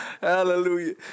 Hallelujah